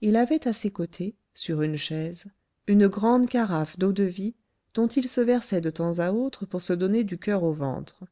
il avait à ses côtés sur une chaise une grande carafe d'eau-de-vie dont il se versait de temps à autre pour se donner du coeur au ventre